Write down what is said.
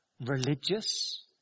religious